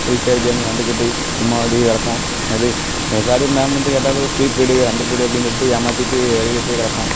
free fire game விளாண்டுக்கிட்டு சும்மா அப்படி கிடப்போம் அது ஏதாவது ஒரு மேம் வந்து கேட்டாலும் ஃப்ரீ பீரியட் அந்த பீரியட் அப்படின்னு சொல்லிட்டு ஏமாற்றிட்டு வெளியில் போய் கிடப்போம்